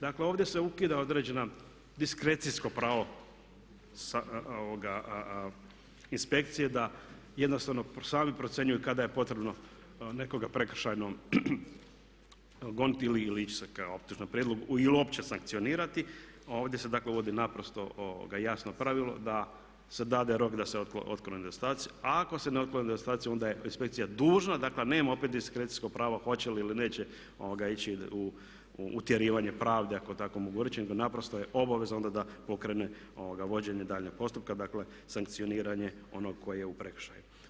Dakle, ovdje se ukida određeno diskrecijsko pravo inspekcije da jednostavno sami procjenjuju kada je potrebno nekoga prekršajno goniti ili ići ka optužnom prijedlogu ili uopće sankcionirati, ovdje se dakle uvodi naprosto jasno pravilo da se dade rok da se otklone nedostaci, a ako se ne otklone nedostaci onda je inspekcija dužna, dakle nema opet diskrecijsko pravo hoće li ili neće ići u utjerivanje pravde ako tako mogu reći nego naprosto je obvezna onda da pokrene vođenje daljnjeg postupka, dakle sankcioniranje onog koji je u prekršaju.